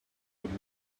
would